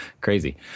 crazy